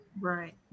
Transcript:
right